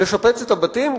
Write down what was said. לשפץ את הבתים,